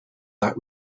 that